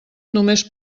només